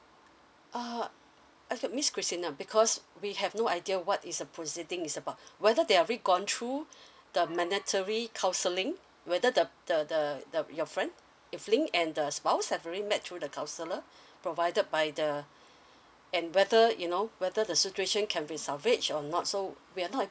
uh okay miss christina because we have no idea what is a proceeding is about whether they already gone through the mandatory counselling whether the the the the your friend evelyn and the spouse have already met through the counsellor provided by the and whether you know whether the situation can be salvaged or not so we are not